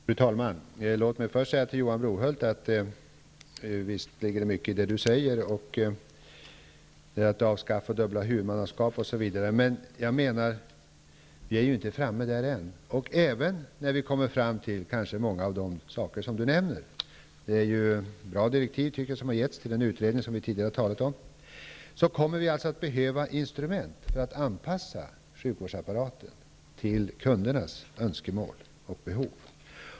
Fru talman! Låt mig först säga till Johan Brohult att visst ligger det mycket i vad han säger om att avskaffa dubbla huvudmannaskap osv. Men vi är inte framme där än. Det är bra direktiv, tycker jag, som har givits till den utredning vi tidigare har talat om. Men även när vi har uppnått många av de saker som Johan Brohult tagit upp kommer vi att behöva instrument för att anpassa sjukvårdsapparaten till kundernas önskemål och behov.